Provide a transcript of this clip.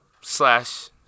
Slash